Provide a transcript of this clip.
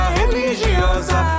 religiosa